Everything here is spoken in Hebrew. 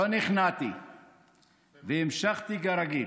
לא נכנעתי והמשכתי כרגיל,